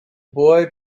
boy